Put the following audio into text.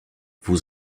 vous